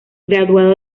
graduado